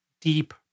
deep